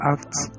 Acts